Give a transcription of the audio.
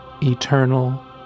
eternal